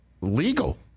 legal